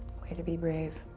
way to be brave.